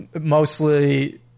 mostly